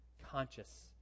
conscious